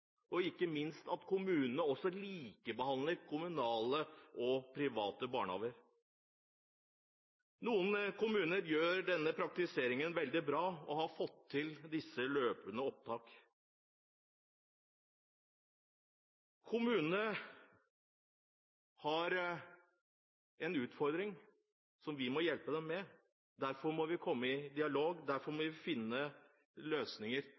og ikke minst at kommunene også likebehandler kommunale og private barnehager. Noen kommuner gjør denne praktiseringen veldig bra og har fått til disse løpende opptakene. Kommunene har en utfordring som vi må hjelpe dem med. Derfor må vi komme i dialog, derfor må vi finne løsninger.